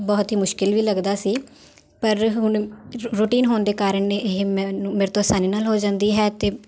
ਬਹੁਤ ਹੀ ਮੁਸ਼ਕਿਲ ਵੀ ਲੱਗਦਾ ਸੀ ਪਰ ਹੁਣ ਰ ਰੁਟੀਨ ਹੋਣ ਦੇ ਕਾਰਨ ਇਹ ਮੈਨੂੰ ਮੇਰੇ ਤੋਂ ਆਸਾਨੀ ਨਾਲ ਹੋ ਜਾਂਦੀ ਹੈ ਅਤੇ